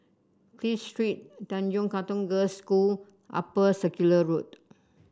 Clive Street Tanjong Katong Girls' School Upper Circular Road